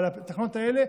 אבל התקנות האלה,